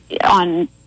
on